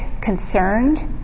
concerned